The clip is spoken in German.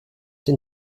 den